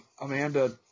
amanda